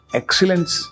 excellence